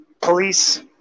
police